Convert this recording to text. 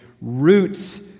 roots